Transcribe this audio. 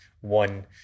one